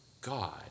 God